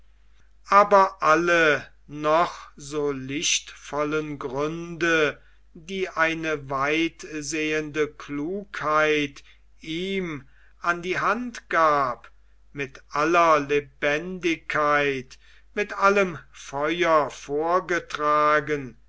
aber alle noch so lichtvollen gründe die eine weitsehende klugheit ihm an die hand gab mit aller lebendigkeit mit allem feuer vorgetragen